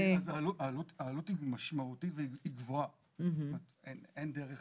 העלות היא משמעותית והיא גבוהה, אין דרך